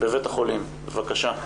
שרר בבקשה.